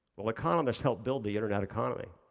well, economists helped build the internet economy.